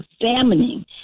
examining